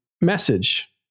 message